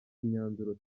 imyanzuro